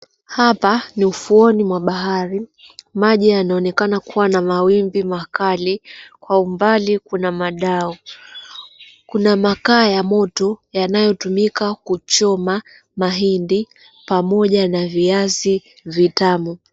Hapa ni ufuoni mwa bahari. Maji yanaonekana kuwa na mawimbi makali. Kwa umbali kuna madau. Kuna makaa ya moto yanayotumika kuchoma mahindi pamoja na viazi vitamu.